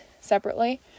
separately